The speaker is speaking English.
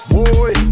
Boy